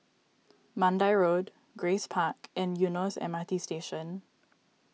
Mandai Road Grace Park and Eunos M R T Station